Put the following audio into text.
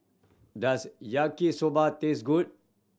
does Yaki Soba taste good